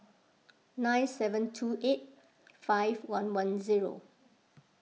nine seven two eight five one one zero